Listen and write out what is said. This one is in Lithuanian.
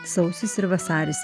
sausis ir vasaris